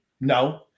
No